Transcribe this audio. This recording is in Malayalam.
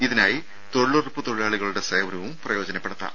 ഇതിനായി തൊഴിലുറപ്പ് തൊഴിലാളികളുടെ സേവനവും പ്രയോജനപ്പെടുത്താം